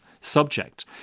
subject